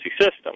system